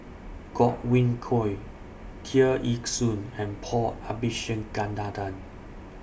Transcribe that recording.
Godwin Koay Tear Ee Soon and Paul Abisheganaden